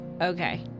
Okay